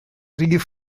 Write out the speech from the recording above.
rhif